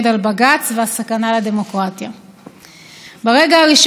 אמרתי לעצמי שזו עוד חוליה בשרשרת האין-סופית